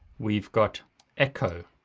we've got echo.